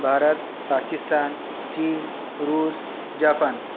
भारत पाकिस्तान चीन रूस जापान